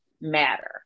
matter